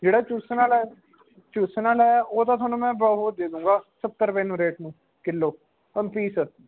ਜਿਹੜਾ ਚੂਸਣ ਵਾਲਾ ਹੈ ਚੂਸਣ ਵਾਲਾ ਹੈ ਉਹ ਤਾਂ ਤੁਹਾਨੂੰ ਮੈਂ ਬਹੋ ਦੇ ਦਊਂਗਾ ਸੱਤਰ ਰੁਪਏ ਨੂੰ ਰੇਟ ਨੂੰ ਕਿੱਲੋ ਵਨ ਪੀਸ